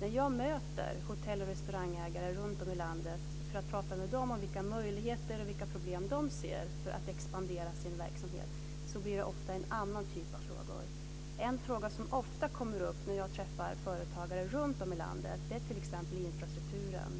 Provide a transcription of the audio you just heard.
När jag möter hotell och restaurangägare runtom i landet för att prata med dem om vilka möjligheter eller problem de ser för att expandera sin verksamhet blir det ofta en annan typ av frågor. En fråga som ofta kommer upp när jag träffar företagare runtom i landet är t.ex. infrastrukturen.